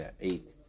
eight